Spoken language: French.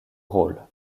rôle